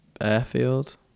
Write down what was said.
Airfield